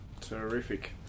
Terrific